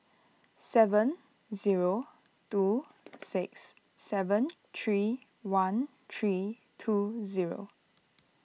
seven zero two six seven three one three two zero